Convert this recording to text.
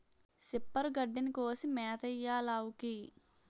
సిప్పరు గడ్డిని కోసి మేతెయ్యాలావుకి